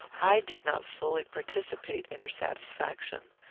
i did not fully participate in her satisfaction,